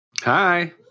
Hi